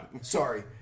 Sorry